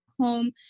home